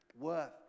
worth